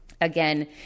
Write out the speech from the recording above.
Again